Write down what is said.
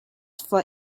for